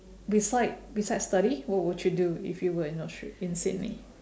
beside besides study what would you do if you were in austra~ in sydney